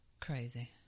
crazy